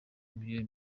imirire